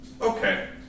Okay